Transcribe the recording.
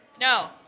No